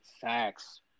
Facts